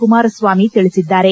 ಕುಮಾರಸ್ವಾಮಿ ತಿಳಿಸಿದ್ದಾರೆ